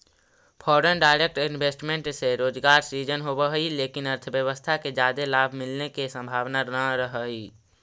foreign direct investment से रोजगार सृजन होवऽ हई लेकिन अर्थव्यवस्था के जादे लाभ मिलने के संभावना नह रहऽ हई